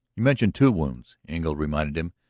you mentioned two wounds, engle reminded him.